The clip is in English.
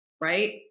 right